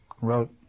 wrote